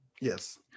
Yes